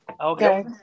Okay